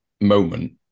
moment